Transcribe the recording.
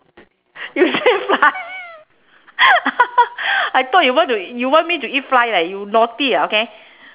you say fly I thought you want to you want me to eat fly eh you naughty ah okay